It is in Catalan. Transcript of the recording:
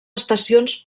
estacions